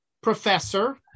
professor